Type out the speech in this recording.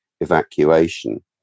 evacuation